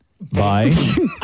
Bye